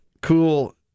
cool